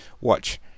watch